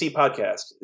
podcast